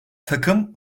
takım